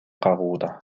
кагууда